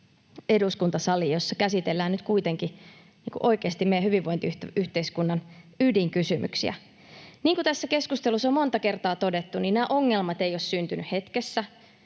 eduskuntasalissa, jossa käsitellään nyt kuitenkin oikeasti meidän hyvinvointiyhteiskunnan ydinkysymyksiä? Niin kuin tässä keskustelussa on jo monta kertaa todettu, nämä ongelmat eivät ole syntyneet hetkessä